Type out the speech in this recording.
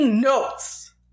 notes